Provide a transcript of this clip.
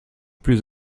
plus